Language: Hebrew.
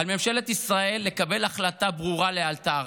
על ממשלת ישראל לקבל החלטה ברורה לאלתר,